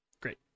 Great